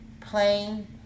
plain